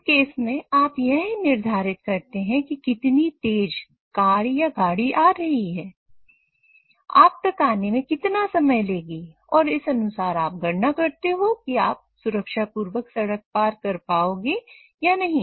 इस केस में आप यह निर्धारित करते हैं कि कितनी तेज कार गाड़ी आ रही है आप तक आने में कितना समय लेगी और इस अनुसार आप गणना करते हो कि आप सुरक्षा पूर्वक सड़क पार कर पाओगे या नहीं